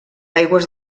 aigües